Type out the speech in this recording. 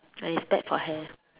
and it's bad for hair